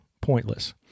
pointless